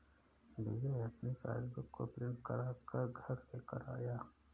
विजय अपनी पासबुक को प्रिंट करा कर घर लेकर आया है